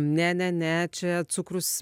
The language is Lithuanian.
ne ne ne čia cukrus